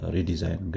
Redesign